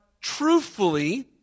truthfully